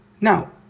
Now